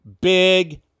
big